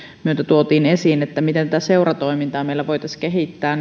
myötä tuotiin esiin liittyvät siihen miten seuratoimintaa meillä voitaisiin kehittää